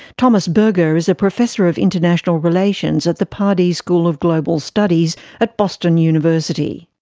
thomas berger is a professor of international relations at the pardee school of global studies at boston university.